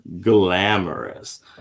glamorous